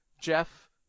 Jeff